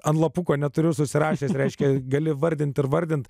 ant lapuko neturiu susirašęs reiškia gali vardinti ir vardinti